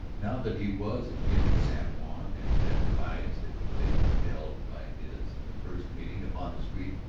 now that he was again in san juan and that her eyes had been held by his in the first meeting upon the street,